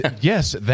Yes